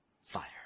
fire